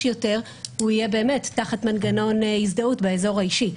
יותר הוא יהיה באמת תחת מנגנון הזדהות באזור האישי.